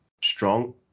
strong –